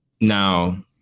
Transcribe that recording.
Now